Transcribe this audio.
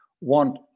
want